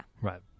Right